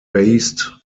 based